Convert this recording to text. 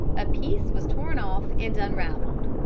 a piece was torn off and unravelled.